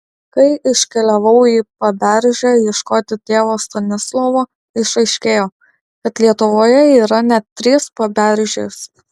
kai iškeliavau į paberžę ieškoti tėvo stanislovo išaiškėjo kad lietuvoje yra net trys paberžės